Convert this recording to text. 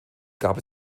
gab